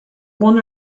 one